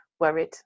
worried